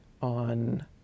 on